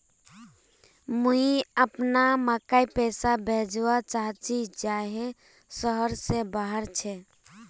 मुई अपना भाईक पैसा भेजवा चहची जहें शहर से बहार छे